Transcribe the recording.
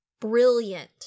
brilliant